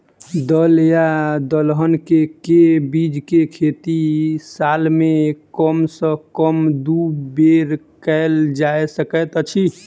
दल या दलहन केँ के बीज केँ खेती साल मे कम सँ कम दु बेर कैल जाय सकैत अछि?